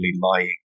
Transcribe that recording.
lying